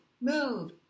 move